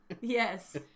yes